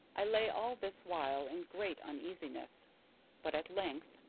i lay all this while in great uneasiness but at length,